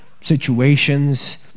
situations